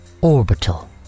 Orbital